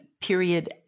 period